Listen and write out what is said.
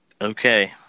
Okay